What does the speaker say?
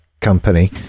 company